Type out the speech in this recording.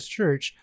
Church